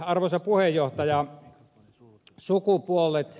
arvoisa puhemies